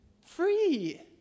Free